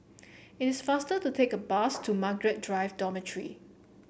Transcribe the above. it is faster to take the bus to Margaret Drive Dormitory